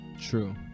True